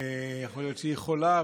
ויכול להיות שהיא חולה.